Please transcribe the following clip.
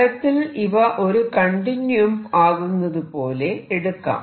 ഫലത്തിൽ ഇവ ഒരു കണ്ടിന്യൂയം ആകുന്നതുപോലെ എടുക്കാം